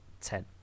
ten